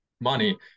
money